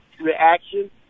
reaction